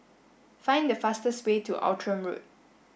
find the fastest way to Outram Road